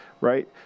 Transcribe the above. right